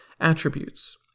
attributes